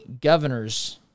governor's